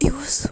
it was